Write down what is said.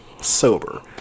sober